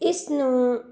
ਇਸ ਨੂੰ